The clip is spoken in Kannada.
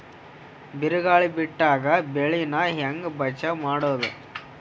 ಬಿರುಗಾಳಿ ಬಿಟ್ಟಾಗ ಬೆಳಿ ನಾ ಹೆಂಗ ಬಚಾವ್ ಮಾಡೊದು?